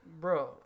Bro